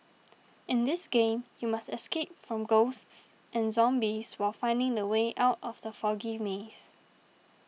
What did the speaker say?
in this game you must escape from ghosts and zombies while finding the way out of the foggy maze